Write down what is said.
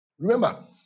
Remember